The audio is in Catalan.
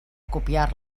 copiar